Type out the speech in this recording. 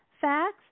facts